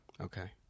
Okay